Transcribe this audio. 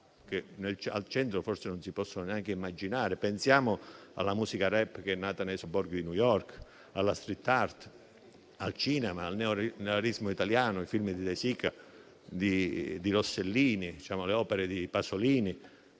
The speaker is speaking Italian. che al centro forse non si possono neanche immaginare. Pensiamo alla musica *rap*, che è nata nei sobborghi di New York, alla *street art*, al cinema, al neorealismo italiano, ai film di De Sica e di Rossellini, alle opere di Pasolini,